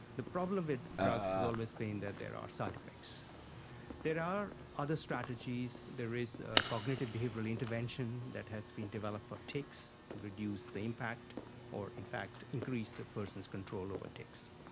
the problem with drugs has always been that there are side-effects. there are other strategies, there is cognitive behavioural intervention that has been developed for tics to reduce the impact or in fact increase the person's control over tics.